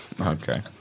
Okay